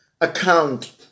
account